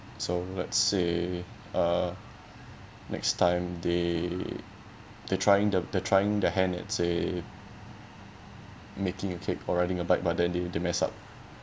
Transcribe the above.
so let's say uh next time they they're trying they're trying their hand at say making a cake or riding a bike but then they they mess up